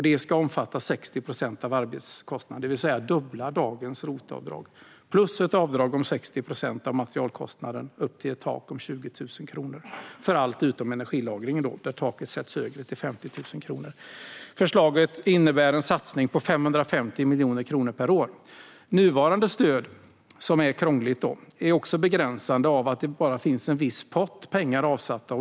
Det ska omfatta 60 procent av arbetskostnaden, det vill säga dubbla dagens ROT-avdrag, plus ett avdrag på 60 procent av materialkostnaden upp till ett tak på 20 000 kronor för allt utom energilagring. Där sätts taget högre, till 50 000 kronor. Förslaget innebär en satsning på 550 miljoner kronor per år. Nuvarande krångliga stöd är också begränsade av att det bara finns en viss pott pengar avsatt.